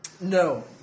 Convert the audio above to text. No